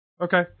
Okay